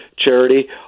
charity